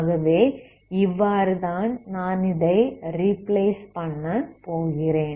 ஆகவே இவ்வாறு தான் நான் இதை ரிப்ளேஸ் பண்ண போகிறேன்